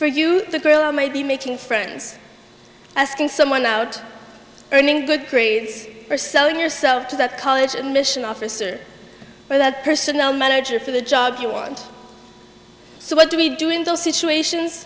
for you the girl may be making friends asking someone out earning good grades or selling yourself to that college admissions office or for that personnel manager for the job you want so what do we do in those situations